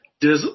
Dizzle